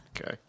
Okay